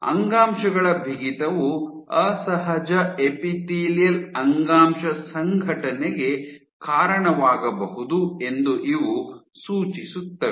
ಅಂಗಾಂಶಗಳ ಬಿಗಿತವು ಅಸಹಜ ಎಪಿಥೇಲಿಯಲ್ ಅಂಗಾಂಶ ಸಂಘಟನೆಗೆ ಕಾರಣವಾಗಬಹುದು ಎಂದು ಇವು ಸೂಚಿಸುತ್ತವೆ